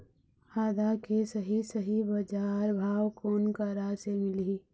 आदा के सही सही बजार भाव कोन करा से मिलही?